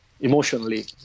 emotionally